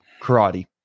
karate